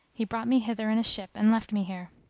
he brought me hither in a ship and left me here.